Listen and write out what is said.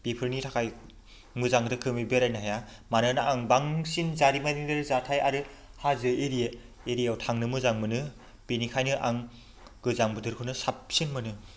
बेफोरनि थाखाय मोजां रोखोमै बेरायनो हाया मानोना आं बांसिन जारिमिनारि जाथाय आरो हाजो एरिया एरियाव थांनो मोजां मोनो बेनिखायनो आं गोजां बोथोरखौनो साबसिन मोनो